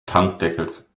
tankdeckels